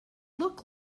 look